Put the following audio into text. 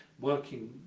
working